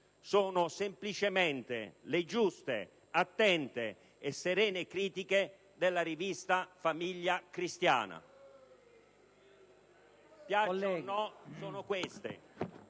Sono semplicemente le giuste, attente e serene critiche della rivista «Famiglia Cristiana».